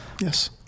Yes